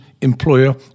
employer